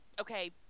Okay